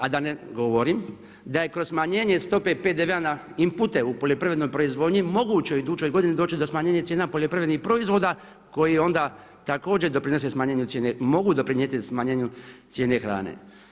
A da ne govorim da je kroz smanjenje stope PDV-a na inpute u poljoprivrednoj proizvodnji moguće u idućoj godini doći do smanjenja cijena poljoprivrednih proizvoda koji onda također doprinose smanjenju cijene, mogu doprinijeti smanjenu cijene hrane.